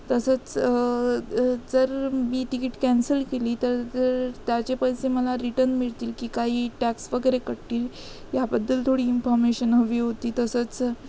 तसंच जर मी तिकीट कॅन्सल केली तर जर त्याचे पैसे मला रिटन मिळतील की काही टॅक्स वगैरे कटतील याबद्दल थोडी इन्फॉर्मेशन हवी होती तसंच